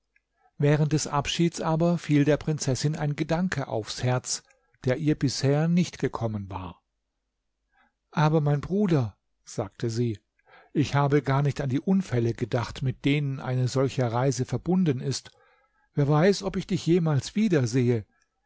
während des abschieds aber fiel der prinzessin ein gedanke aufs herz der ihr bisher nicht gekommen war aber mein bruder sagte sie ich habe gar nicht an die unfälle gedacht mit denen eine solche reise verbunden ist wer weiß ob ich dich jemals wiedersehe